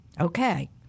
okay